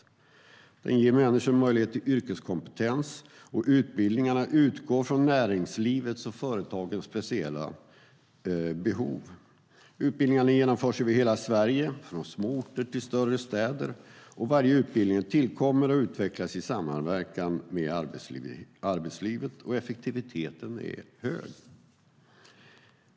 Utbildningarna ger människor möjlighet till yrkeskompetens och utgår från näringslivets och företagens speciella behov. Utbildningarna genomförs över hela Sverige i allt från små orter till större städer. Varje utbildning tillkommer och utvecklas i samverkan med arbetslivet. Effektiviteten är hög.